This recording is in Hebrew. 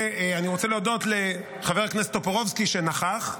ואני רוצה להודות לחבר הכנסת טופורובסקי -- שנכח.